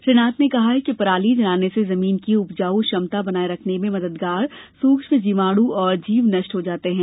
श्री नाथ ने कहा है कि पराली जलाने से जमीन की उपजाऊ क्षमता बनाये रखने में मददगार सुक्ष्म जीवाणु और जीव नष्ट हो जाते हैं